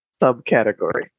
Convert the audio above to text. subcategory